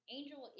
Angel